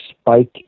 spike